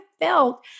felt